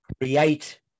create